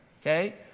okay